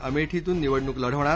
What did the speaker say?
अमेठीतून निवडणूक लढवणार